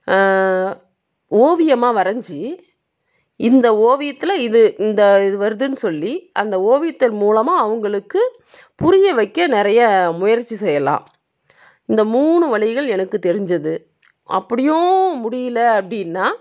ஓவியமாக வரைஞ்சி இந்த ஓவியத்தில் இது இந்த இது வருதுன் சொல்லி அந்த ஓவியத்தின் மூலமாக அவங்களுக்கு புரிய வைக்க நிறைய முயற்சி செய்யலாம் இந்த மூணு வழிகள் எனக்கு தெரிஞ்சது அப்படியும் முடியல அப்படியின்னா